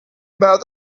about